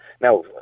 Now